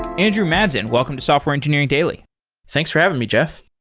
andrew madsen, welcome to software engineering daily thanks for having me, jeff.